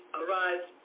arise